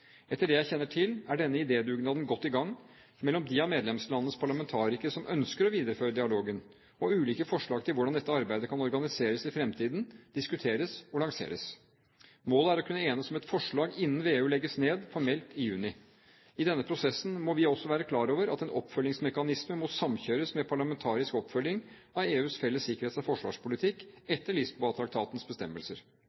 Etter det jeg kjenner til, er denne idédugnaden godt i gang blant de av medlemslandenes parlamentarikere som ønsker å videreføre dialogen, og ulike forslag til hvordan dette arbeidet kan organiseres i fremtiden, diskuteres og lanseres. Målet er å kunne enes om et forslag innen VEU legges formelt ned i juni. I denne prosessen må vi også være klar over at en oppfølgingsmekanisme må samkjøres med parlamentarisk oppfølging av EUs felles sikkerhets- og forsvarspolitikk